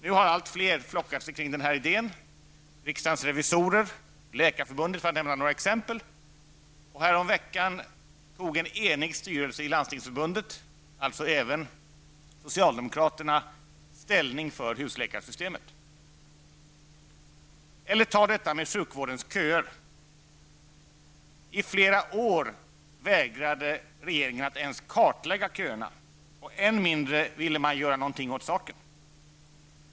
Nu har allt fler flockat sig kring den här idén -- riksdagens revisorer och Läkarförbundet, för att nämna några exempel -- och häromveckan tog en enig styrelse i Landstingsförbundet, alltså även socialdemokraterna, ställning för husläkarsystemet. Eller ta detta med sjukvårdens köer! I flera år vägrade regeringen att ens kartlägga köerna, och än mindre ville man göra någonting åt saken.